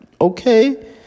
okay